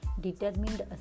determined